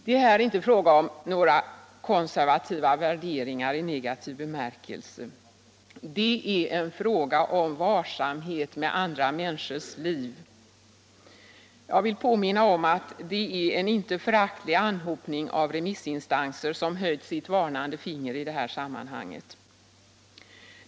Det är här inte fråga om några konservativa värderingar i negativ bemärkelse. Det är fråga om varsamhet med andra människors liv. Jag vill påminna om att det är en inte föraktlig anhopning av remissinstanser som har höjt ett varnande finger i detta sammanhang.